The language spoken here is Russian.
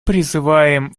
призываем